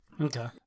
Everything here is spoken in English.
Okay